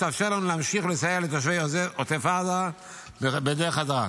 שתאפשר לנו להמשיך לסייע לתושבי עוטף עזה בדרך חזרה.